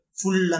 full